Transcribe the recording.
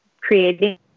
creating